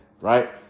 right